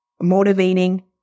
motivating